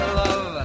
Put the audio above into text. love